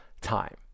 time